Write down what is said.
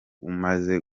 umaze